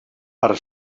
per